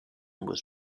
was